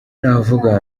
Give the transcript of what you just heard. navuga